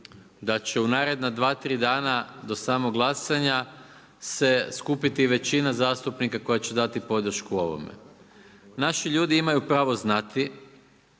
da će u naredna dva, tri dana do samog glasanja se skupiti većina zastupnika koja će dati podršku ovome. Naši ljudi imaju pravo znati